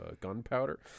gunpowder